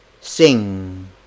sing